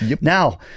Now